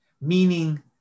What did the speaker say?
meaning